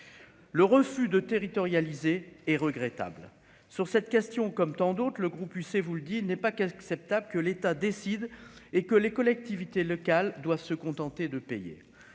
le refus de territorialisées et regrettable sur cette question, comme tant d'autres, le groupe UC vous le dis n'est pas qu'acceptable que l'État décide et que les collectivités locales, doit se contenter de payer,